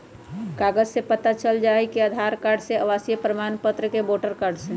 कागज से पता चल जाहई, आधार कार्ड से, आवासीय प्रमाण पत्र से, वोटर कार्ड से?